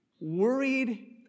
worried